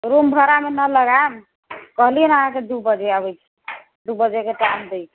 room भाड़ामे ना लगायब कहलिहै अहाँके दू बजे अबै छी दू बजेके टाइम दै छी